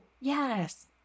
yes